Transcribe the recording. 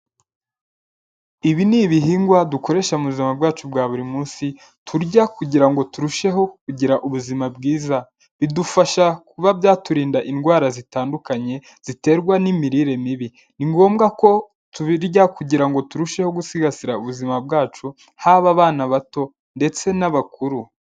Ibi ni ibihingwa dukoresha mu buzima bwacu bwa buri munsi turya kugira ngo turusheho kugira ubuzima bwiza, bidufasha kuba byaturinda indwara zitandukanye ziterwa n'imirire mibi, ni ngombwa ko tubirya kugira ngo turusheho gusigasira ubuzima bwacu, haba abana bato ndetse n'abakuru.